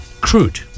crude